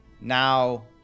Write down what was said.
Now